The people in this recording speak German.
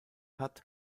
hat